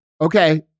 okay